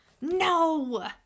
No